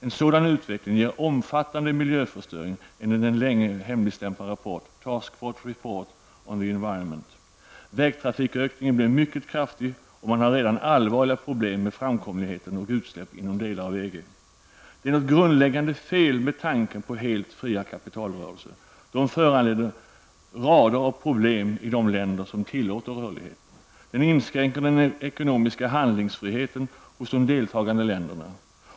En sådan utveckling ger omfattande miljöförstöring enligt en länge hemligstämplad rapport ''Task force report on the environment''. Vägtrafikökningen blir mycket kraftig, och man har redan allvarliga problem med framkomlighet och utsläpp inom delar av EG. Det är något grundläggande fel med tanken på de helt fria kapitalrörelserna. De föranleder rader av problem i de länder som tillåter rörligheten. De inskränker den ekonomiska handelsfriheten hos de deltagande länderna.